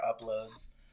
uploads